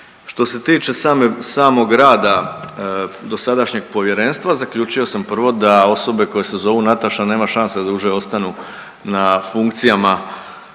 Što se tiče samog rada dosadašnjeg povjerenstva zaključio sam prvo da osobe koje se zovu Nataša nema šanse da duže ostanu na funkcijama